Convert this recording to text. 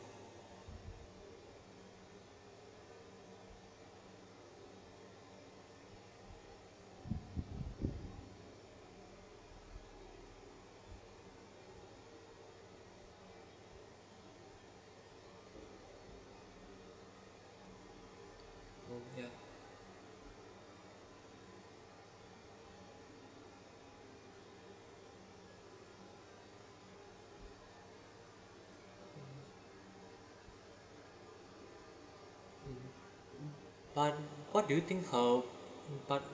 oh ya but what do you think her